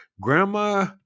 grandma